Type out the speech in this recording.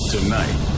Tonight